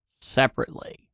separately